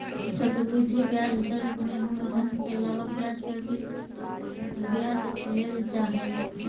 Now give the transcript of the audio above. चक्रवृद्धि ब्याज दर में मूलधन के अलावा ब्याज पर भी ब्याज लेल जा हई